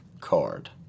card